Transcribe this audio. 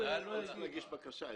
הגיש בקשה,